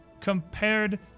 compared